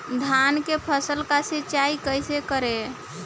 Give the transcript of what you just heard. धान के फसल का सिंचाई कैसे करे?